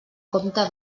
compte